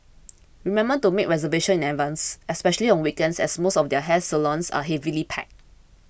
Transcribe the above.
remember to make reservation in advance especially on weekends as most of these hair salons are heavily packed